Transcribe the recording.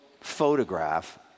photograph